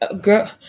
Girl